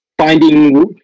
finding